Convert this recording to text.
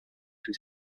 his